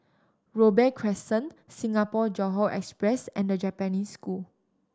Robey Crescent Singapore Johore Express and The Japanese School